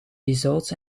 results